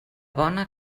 bona